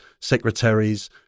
secretaries